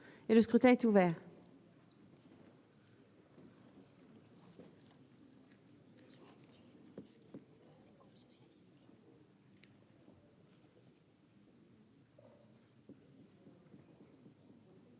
et le scrutin est ouvert.